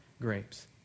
grapes